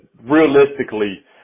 realistically